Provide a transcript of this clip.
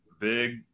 big